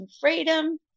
freedom